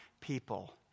people